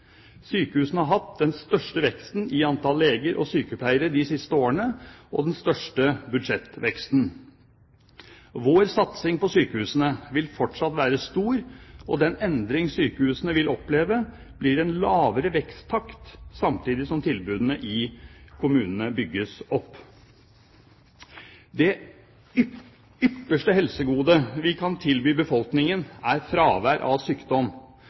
Sykehusene har hatt den største veksten i antall leger og sykepleiere de siste årene og den største budsjettveksten. Vår satsing på sykehusene vil fortsatt være stor, og den endring sykehusene vil oppleve, blir en lavere veksttakt, samtidig som tilbudene i kommunene bygges opp. Det ypperste helsegode vi kan tilby befolkningen, er fravær av sykdom,